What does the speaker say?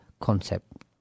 concept